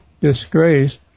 disgrace